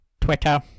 Twitter